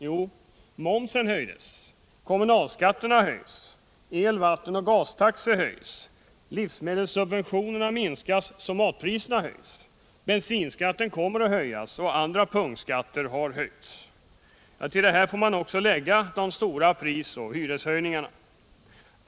Jo, momsen höjs, kommunalskatterna höjs, el-, vattenoch gastaxor höjs, livsmedelssubventionerna minskas så att matpriserna höjs, bensinskatten kommer att höjas och andra punktskatter har höjts. Till detta får man också lägga de stora prisoch hyreshöjningarna.